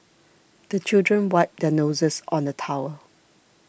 the children wipe their noses on the towel